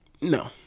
no